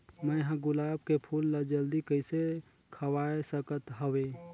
मैं ह गुलाब के फूल ला जल्दी कइसे खवाय सकथ हवे?